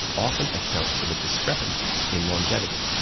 often account for the discrepancies in longevity.